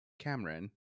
Cameron